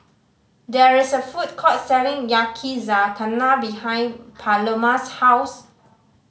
there is a food court selling Yakizakana behind Paloma's house